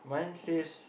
mine says